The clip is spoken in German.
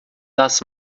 das